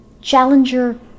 Challenger